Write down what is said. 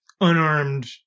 unarmed